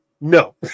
No